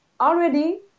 already